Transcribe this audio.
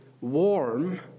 warm